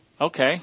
okay